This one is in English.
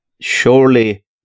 surely